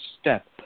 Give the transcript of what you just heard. step